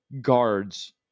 guards